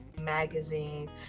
magazines